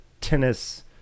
tennis